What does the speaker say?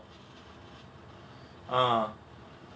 ah